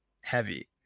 heavy